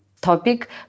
topic